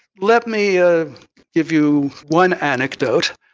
let me ah give you one anecdote,